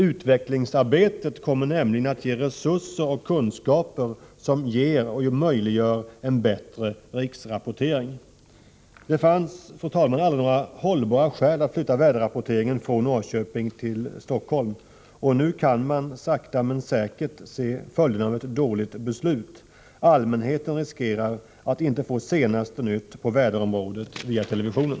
Utvecklingsarbetet kommer nämligen att ge resurser och kunskaper som möjliggör en bättre riksrapportering. Det fanns, fru talman, aldrig några hållbara skäl för att flytta väderrapporteringen från Norrköping till Stockholm, och nu kan man sakta men säkert se följderna av ett dåligt beslut. Allmänheten riskerar att inte få senaste nytt på väderområdet via televisionen.